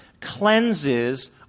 cleanses